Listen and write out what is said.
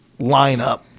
lineup